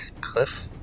Cliff